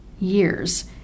years